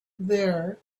there